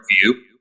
view